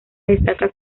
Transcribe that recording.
destaca